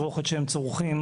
צורך.